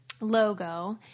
logo